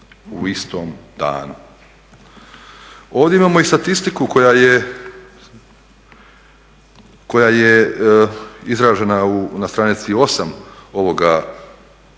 u istom danu. Ovdje imamo i statistiku koja je izražena na stranici 8 ove jedne